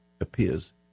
appears